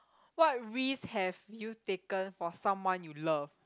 what risk have you taken for someone you love